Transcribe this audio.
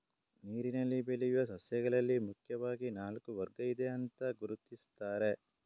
ನೀರಿನಲ್ಲಿ ಬೆಳೆಯುವ ಸಸ್ಯಗಳಲ್ಲಿ ಮುಖ್ಯವಾಗಿ ನಾಲ್ಕು ವರ್ಗ ಇದೆ ಅಂತ ಗುರುತಿಸ್ತಾರೆ